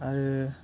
आरो